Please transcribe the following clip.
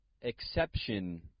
exception